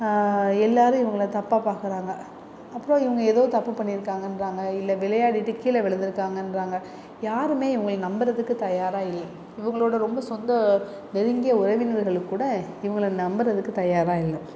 எல்லாரும் இவங்களை தப்பாக பார்க்குறாங்க அப்புறம் இவங்க எதோ தப்பு பண்ணி இருக்காங்கன்றாங்க இல்லை விளையாடிட்டு கீழே விழுத்து இருக்காங்கன்றாங்க யாருமே இவங்களை நம்புகிறதுக்கு தயாராக இல்லை இவங்களோட ரொம்ப சொந்த நெருங்கிய உறவினர்களுக்கு கூட இவங்களை நம்புகிறதுக்கு தயாராக இல்லை